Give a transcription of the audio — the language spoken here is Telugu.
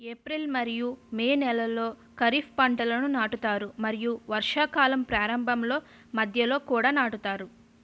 ఏప్రిల్ మరియు మే నెలలో ఖరీఫ్ పంటలను నాటుతారు మరియు వర్షాకాలం ప్రారంభంలో మధ్యలో కూడా నాటుతారు